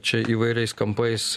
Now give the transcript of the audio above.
čia įvairiais kampais